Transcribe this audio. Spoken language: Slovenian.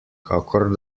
kakor